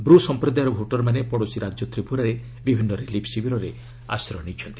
ବ୍ରୁ ସମ୍ପ୍ରଦାୟର ଭୋଟର୍ମାନେ ପଡ଼ୋଶୀ ରାଜ୍ୟ ତ୍ରିପୁରାରେ ବିଭିନ୍ନ ରିଲିଫ୍ ଶିବରରେ ଆଶ୍ରୟ ନେଇଛନ୍ତି